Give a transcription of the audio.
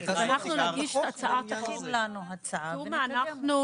תכין לנו הצעה ונקדם